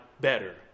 better